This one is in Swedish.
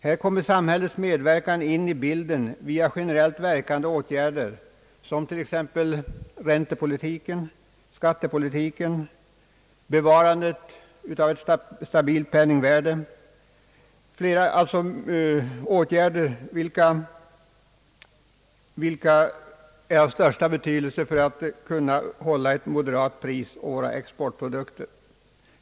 Här kommer samhällets medverkan in i bilden via generellt verkande åtgärder som t.ex. räntepolitiken, skattepolitiken, bevarandet av ett stabilt penningvärde m.fl. åtgärder, vilka är av största betydelse för att kunna hålla ett moderat pris på våra exportprodukter.